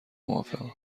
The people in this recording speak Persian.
موافقم